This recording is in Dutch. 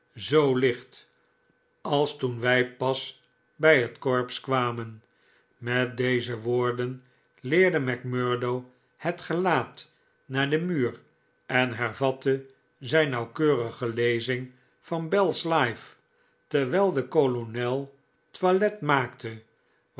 zoo licht als toen wij pas bij het corps kwamen met deze woorden keerde macmurdo het gelaat naar den muur en hervatte zijn nauwkeurige lezing van bell's life terwijl de kolonel toilet maakte